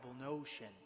notion